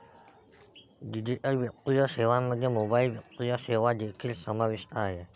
digital वित्तीय सेवांमध्ये mobile वित्तीय सेवा देखील समाविष्ट आहेत